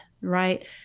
right